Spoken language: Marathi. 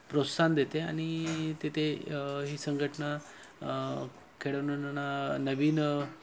प्रोत्साहन देते आणि तिथे ही संघटना खेडो नवीन